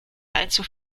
allzu